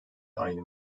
aynı